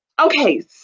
Okay